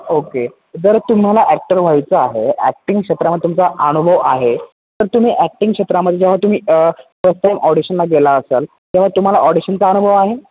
okay बरं तुम्हाला actor व्हायचं आहे ॲक्टिंग क्षेत्रामध्ये तुमचा अनुभव आहे तर तुम्ही ॲक्टिंग क्षेत्रामध्ये जेव्हा तुम्ही फर्स्ट टाईम ऑडिशनला गेला असाल तेव्हा तुम्हाला ऑडिशनचा अनुभव आहे